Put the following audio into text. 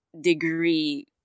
degree